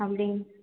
அப்படிங்